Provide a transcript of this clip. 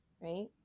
right